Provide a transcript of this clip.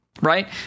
right